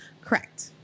Correct